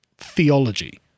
theology